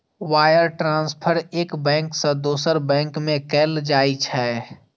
wire transfer एक bank सं दोसर बैंक में कैल जाइ छै